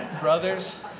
brothers